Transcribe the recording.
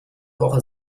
woche